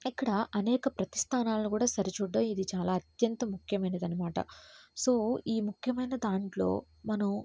ఇక్కడ అనేక ప్రతి స్థానాలను కూడా సరిచూడడం ఇది చాలా అత్యంత ముఖ్యమైనది అనమాట సో ఈ ముఖ్యమైన దాంట్లో మనం